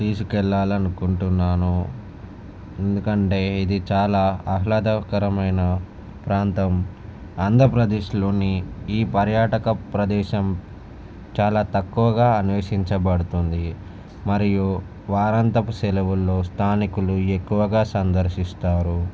తీసుకు వెళ్ళా లని అకుంటున్నాను ఎందుకంటే ఇది చాలా ఆహ్లాదకరమైన ప్రాంతం ఆంధ్రప్రదేశ్ లోని ఈ పర్యాటక ప్రదేశం చాలా తక్కువగా అన్వేషించబడుతుంది మరియు వారాంతపు సెలవుల్లో స్థానికులు ఎక్కువగా సందర్శిస్తారు